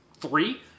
three